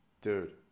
dude